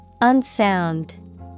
Unsound